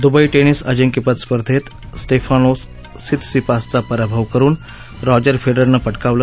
Dubai tennis अजिंक्यपद स्पर्धेत Stefanos सितसिपासचा पराभव करुन रॉजर फडिररनं पटकावलं